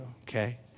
okay